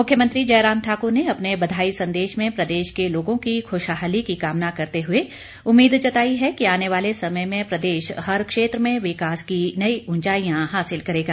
मुख्यमंत्री जयराम ठाकुर ने अपने बधाई संदेश में प्रदेश के लोगों की खुशहाली की कामना करते हुए उम्मीद जताई है कि आने वाले समय में प्रदेश हर क्षेत्र में विकास की नई ऊंचाईयां हासिल करेगा